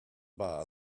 bar